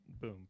boom